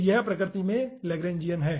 तो यह प्रकृति में लैग्रेंजियन है